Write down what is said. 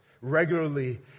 regularly